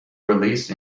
released